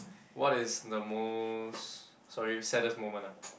what is the most sorry saddest moment ah